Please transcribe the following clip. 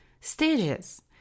Stages